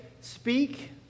Speak